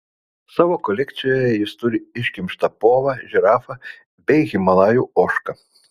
savo kolekcijoje jis turi iškimštą povą žirafą bei himalajų ožką